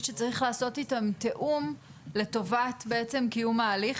שצריך לעשות איתם תיאום לטובת בעצם קיום ההליך.